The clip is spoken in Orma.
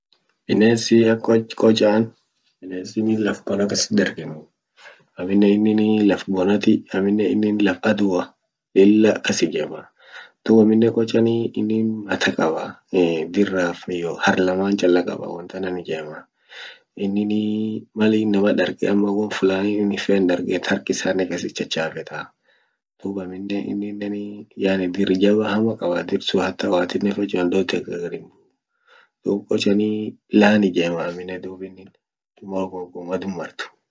Bines ak qoch-qochan ,bines inin laf bona kasit darganuu amine inin laf bonati amine inin laf adua lilla kas ijemaa, dub aminen qochani inin mata qabaa diraf iyo hark laman challa qaba wontanan ijemaa ininii Malin inama darg ama wonfulani hinfen darget hark isane kasit chachafetaa dub amine ininii yani dir jaba hama qabaa dir sun hoatine fachoan dote gargar gargar hinbuu dub qochani lan ijema aminen dub inin.